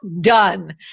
done